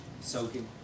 soaking